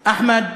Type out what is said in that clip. אחמד,